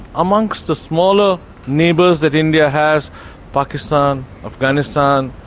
amongst the smaller neighbours that india has pakistan, afghanistan,